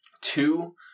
Two